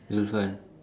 lose one